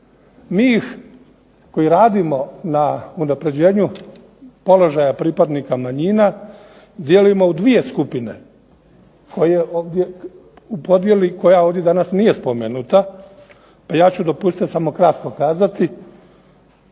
Mi ih koji radimo na unapređenju položaja pripadnika manjina dijelimo u dvije skupine, u podjeli koja ovdje danas nije spomenuta pa ja ću dopustiti samo kratko kazati.